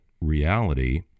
reality